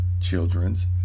children's